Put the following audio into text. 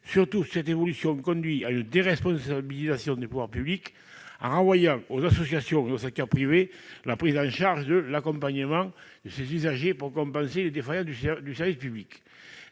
surtout, si cette évolution conduit à une déresponsabilisation des pouvoirs publics en renvoyant aux associations ou au secteur privé la prise en charge de l'accompagnement de ces usagers qui serait nécessaire pour compenser les défaillances du service public.